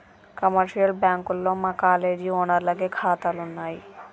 commercial బ్యాంకుల్లో మా college ఓనర్లకి కాతాలున్నయి